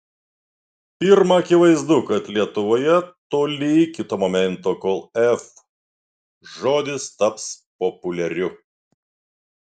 pirma akivaizdu kad lietuvoje toli iki to momento kol f žodis taps populiariu